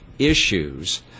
issues